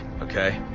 okay